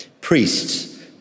priests